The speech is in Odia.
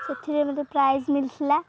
ସେଥିରେ ମତେ ପ୍ରାଇଜ୍ ମିଳିଥିଲା